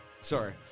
sorry